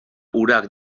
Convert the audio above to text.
urak